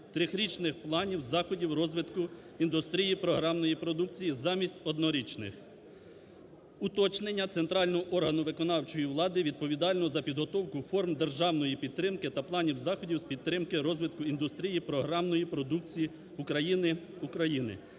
трирічних планів заходів розвитку індустрії програмної продукції замість однорічних, уточнення центрального органу виконавчої влади, відповідального за підготовку форм державної підтримки та планів заходів з підтримки розвитку індустрії програмної продукції України… України.